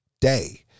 day